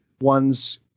one's